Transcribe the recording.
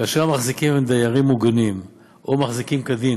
כאשר המחזיקים הם דיירים מוגנים או מחזיקים כדין,